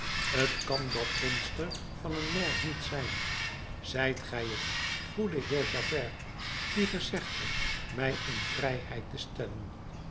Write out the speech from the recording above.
t kan dat monster van een maire niet zijn zijt gij t goede mijnheer javert die gezegd hebt mij in vrijheid te stellen